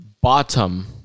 bottom